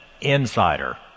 insider